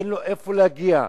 אין לו איפה להגיע.